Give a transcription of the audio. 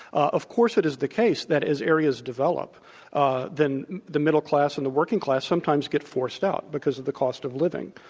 of course it is the case that as areas develop ah then the middle class and the working class sometimes get forced out because of the cost of living.